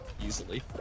easily